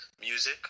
music